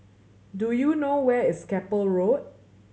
do you know where is Keppel Road